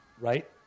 Right